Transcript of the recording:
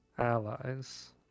allies